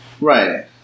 Right